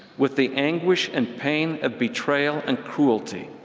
with the anguish and pain of betrayal and cruelty.